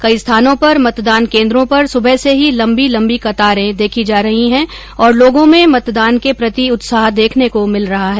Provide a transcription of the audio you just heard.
कई स्थानों पर मतदान केन्द्रों पर सुबह से ही लम्बी लम्बी कतारे देखी जा रही है और लोगों में मतदान के प्रति उत्साह देखने को मिल रहा है